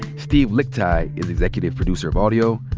steve lickteig is executive producer of audio.